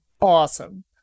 Awesome